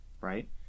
right